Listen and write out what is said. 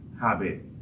habit